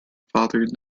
fathered